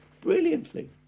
brilliantly